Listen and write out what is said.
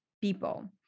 people